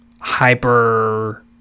hyper